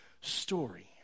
story